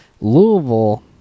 Louisville